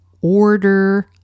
order